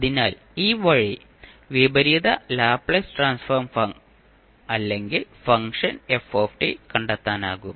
അതിനാൽ ഈ വഴി വിപരീത ലാപ്ലേസ് ട്രാൻസ്ഫോം അല്ലെങ്കിൽ ഫംഗ്ഷൻ f കണ്ടെത്താനാകും